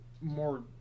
more